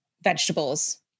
vegetables